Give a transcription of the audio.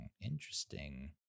interesting